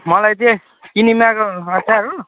मलाई चाहिँ किनेमाको अचार हो